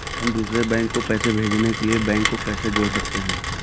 हम दूसरे बैंक को पैसे भेजने के लिए बैंक को कैसे जोड़ सकते हैं?